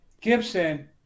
Gibson